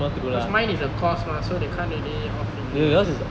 because mine is a course mah so they can't really off in lieu